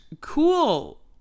Cool